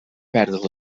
perd